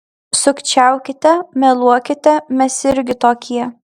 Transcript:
sukčiaukite meluokite mes irgi tokie